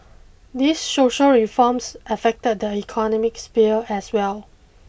these social reforms affect the economic sphere as well